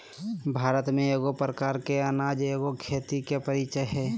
भारत में एगो प्रकार के अनाज एगो खेती के परीचय हइ